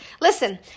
Listen